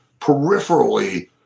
peripherally